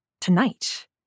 Tonight